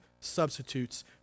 substitutes